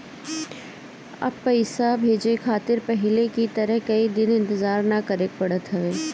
अब पइसा भेजे खातिर पहले की तरह कई दिन इंतजार ना करेके पड़त हवे